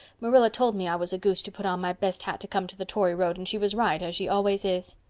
marilla told me i was a goose to put on my best hat to come to the tory road and she was right, as she always is.